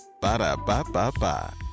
Ba-da-ba-ba-ba